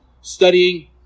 studying